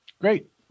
Great